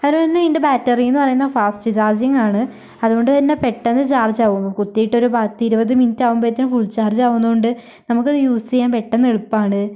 കാരണം എന്നും ഇതിൻ്റെ ബാറ്ററിയെന്ന് പറയുന്നത് ഫാസ്റ്റ് ചാർജിങ്ങാണ് അതുകൊണ്ട് തന്നെ പെട്ടന്ന് ചാർജാവും കുത്തിയിട്ടൊരു പത്തിരുപത് മിനിറ്റാകുമ്പോഴത്തേക്കും ഫുൾ ചാർജാകുന്നതുകൊണ്ട് നമുക്കത് യൂസ് ചെയ്യാൻ പെട്ടെന്നെളുപ്പമാണ്